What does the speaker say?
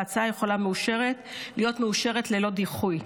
וההצעה יכולה להיות מאושרת ללא דיחוי.